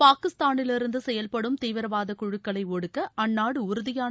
பாகிஸ்தானிலிருந்து செயல்படும் தீவிரவாத குழுக்களை ஒடுக்க அந்நாடு உறதியான